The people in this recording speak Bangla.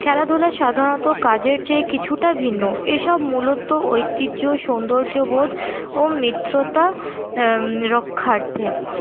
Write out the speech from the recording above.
খেলাধুলা সাধারণত কাজের চেয়ে কিছুটা ভিন্ন এসব মূলত ঐতিহ্য সৌন্দর্যবোধ ও মিত্রতা রক্ষার্থে